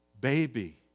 baby